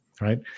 right